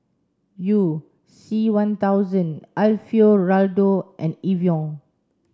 You C one thousand Alfio Raldo and Evian